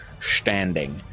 standing